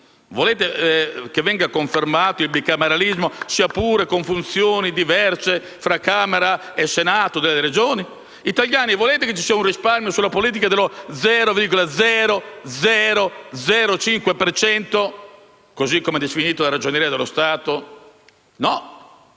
volete che venga confermato il bicameralismo, sia pure con funzioni diverse tra Camera e Senato delle Regioni? Italiani, volete che ci sia un risparmio sulla politica dello 0,0005 per cento, così come definito dalla Ragioneria dello Stato?».